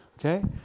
okay